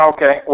Okay